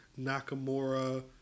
Nakamura